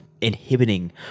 inhibiting